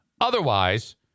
Otherwise